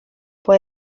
può